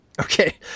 Okay